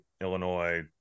Illinois